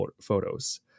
photos